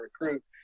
recruit